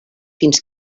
fins